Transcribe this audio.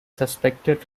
suspected